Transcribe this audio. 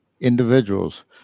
individuals